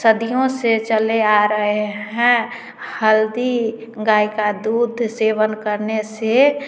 सदियों से चले आ रहे हैं हल्दी गाय का दूध सेवन करने से